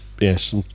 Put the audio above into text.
yes